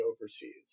overseas